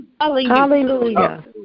Hallelujah